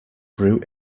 grew